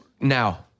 now